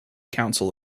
council